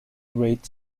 great